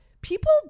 people